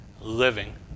living